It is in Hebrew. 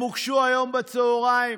הם הוגשו היום בצוהריים.